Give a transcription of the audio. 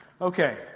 Okay